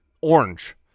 orange